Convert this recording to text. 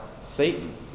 Satan